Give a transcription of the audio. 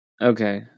Okay